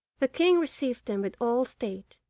the king received them with all state,